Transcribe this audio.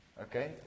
Okay